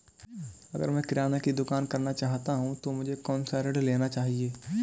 अगर मैं किराना की दुकान करना चाहता हूं तो मुझे कौनसा ऋण लेना चाहिए?